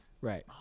right